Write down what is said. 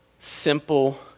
simple